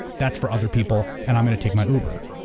that's for other people, and i'm going to take my uber.